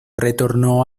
retornó